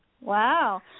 Wow